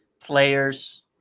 players